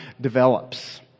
develops